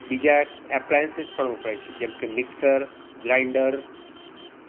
બીજા એપલાઈન્સીસ પણ વાપરે છે જેમ કે મિક્સર ગ્રાઈન્ડર